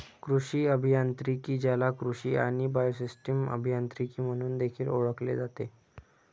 कृषी अभियांत्रिकी, ज्याला कृषी आणि बायोसिस्टम अभियांत्रिकी म्हणून देखील ओळखले जाते